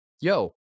Yo